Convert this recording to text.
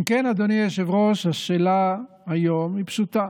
אם כן, אדוני היושב-ראש, השאלה היום היא פשוטה.